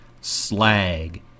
slag